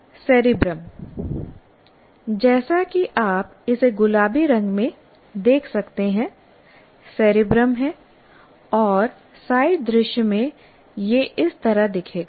cerebrum जैसा कि आप इसे गुलाबी रंग में देख सकते हैं सेरेब्रम है और साइड दृश्य में यह इस तरह दिखेगा